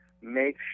make